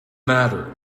matter